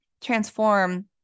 transform